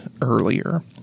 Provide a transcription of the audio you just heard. earlier